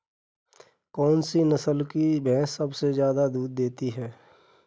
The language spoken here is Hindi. कौन सी नस्ल की भैंस सबसे ज्यादा दूध देती है?